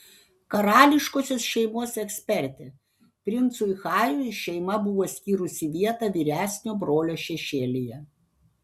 karališkosios šeimos ekspertė princui hariui šeima buvo skyrusi vietą vyresnio brolio šešėlyje